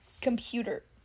computer